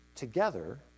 together